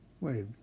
Wait